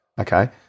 okay